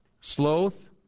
sloth